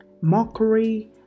mockery